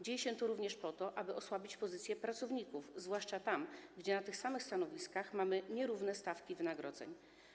Dzieje się to również po to, aby osłabić pozycję pracowników, zwłaszcza tam, gdzie na tych samych stanowiskach mamy nierówne stawki wynagrodzeń.